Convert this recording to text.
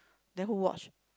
then who watch